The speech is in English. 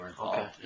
Okay